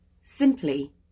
simply